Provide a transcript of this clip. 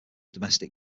domestic